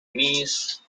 miss